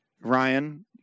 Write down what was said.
Ryan